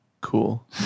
cool